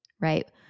right